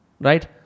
Right